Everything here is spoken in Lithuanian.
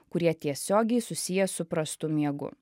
kurie tiesiogiai susiję su prastu miegu